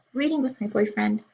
reading with my boyfriend,